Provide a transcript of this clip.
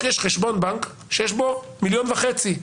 שבחשבון הבנק יש רק מיליון וחצי ש"ח.